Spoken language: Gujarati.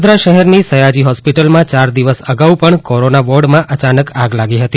વડોદરા શહેરની સયાજી હોસ્પિટલમાં ચાર દિવસ અગાઉ પણ કોરોના વોર્ડમાં અયાનક આગ લાગી હતી